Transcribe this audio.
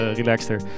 relaxter